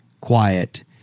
quiet